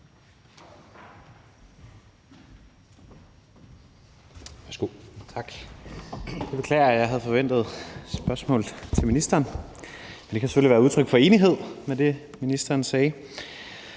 Kjær (S): Tak. Jeg beklager forsinkelsen. Jeg havde forventet spørgsmål til ministeren. Men det kan selvfølgelig være udtryk for enighed i det, ministeren sagde.